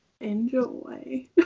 Enjoy